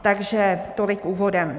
Takže tolik úvodem.